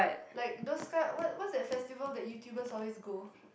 like those kind what what's that festival that YouTubers always go